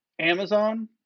Amazon